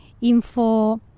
info